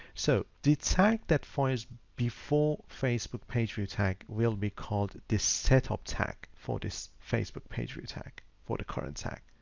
so did tag that fires before facebook page view tag will be called this setup tag for this facebook pageview tag for the current tag.